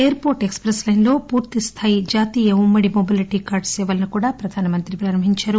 airport express లైన్లో పూర్తిస్థాయి జాతీయ ఉమ్మడి మొబిలిటీ కార్డు సేవలను కూడా ప్రధాన మంత్రి ప్రారంభించారు